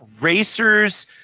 racers